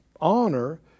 honor